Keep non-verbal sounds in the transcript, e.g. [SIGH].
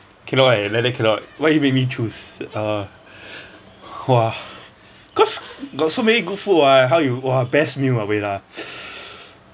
cannot eh like that cannot why you made me choose uh [BREATH] !wah! cause got so many good food [what] how you !wah! best meal !wah! wait lah [BREATH]